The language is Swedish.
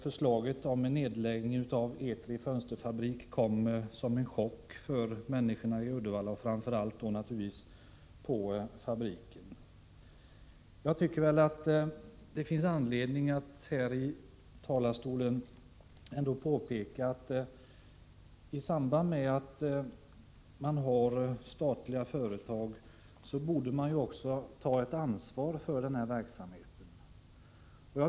Förslaget om en nedläggning av Etri Fönsters fabrik kom som en chock för människorna i Uddevalla, naturligtvis framför allt för dem på fabriken. Jag tycker att det finns anledning att här i talarstolen påpeka att staten i samband med att man har statliga företag också borde ta ett ansvar för verksamheten.